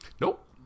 Nope